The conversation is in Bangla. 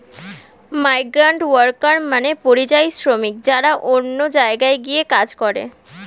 মাইগ্রান্টওয়ার্কার মানে পরিযায়ী শ্রমিক যারা অন্য জায়গায় গিয়ে কাজ করে